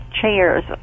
chairs